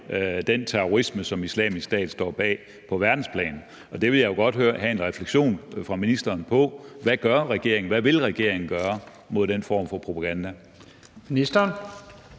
den terrorisme, som Islamisk Stat står bag på verdensplan. Det vil jeg jo godt have en refleksion fra ministeren over, altså hvad regeringen gør, og hvad regeringen vil gøre mod den form for propaganda.